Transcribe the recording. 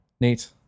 Neat